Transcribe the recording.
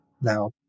now